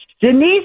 Denise